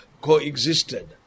coexisted